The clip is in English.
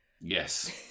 yes